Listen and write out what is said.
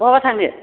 बहाबा थांनो